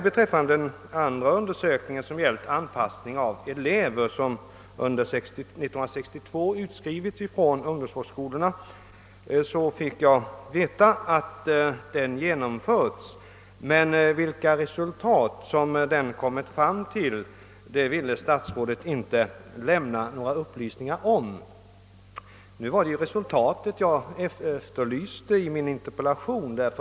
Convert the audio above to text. Beträffande den andra undersökningen, som gällt anpassningen av elever som 1962 utskrivits från ungdomsvårdsskolorna, fick jag veta att den genomförts — men vilka resultat den givit ville statsrådet inte lämna några upplysningar om. Nu var det resultatet jag efterlyste i min interpellation.